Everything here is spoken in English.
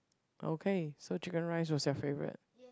okay so chicken rice was your favourite